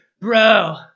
Bro